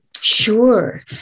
Sure